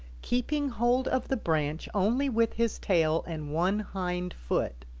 keeping hold of the branch only with his tail and one hind foot.